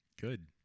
Good